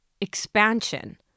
expansion